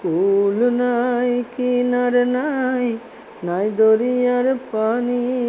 কূল নাই কিনার নাই নাই দরিয়ার পানি